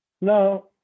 No